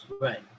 right